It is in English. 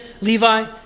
Levi